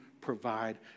provide